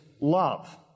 love